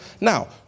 Now